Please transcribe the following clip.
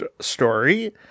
story